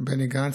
בני גנץ,